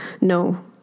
No